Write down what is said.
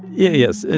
yeah yes. and